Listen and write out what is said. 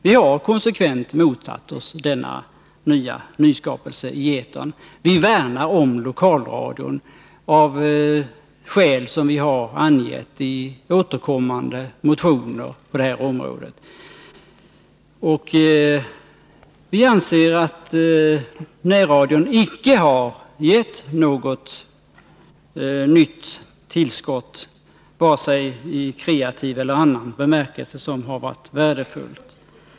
Vi har konsekvent motsatt oss denna nyskapelse i etern. Vi vill värna om lokalradion av skäl som vi har angivit i återkommande motioner på detta område. Vi anser att närradion icke har givit något tillskott, vare sig i kreativ eller annan bemärkelse, som varit värdefullt.